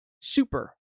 super